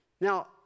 Now